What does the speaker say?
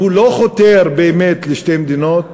הוא לא חותר באמת לשתי מדינות.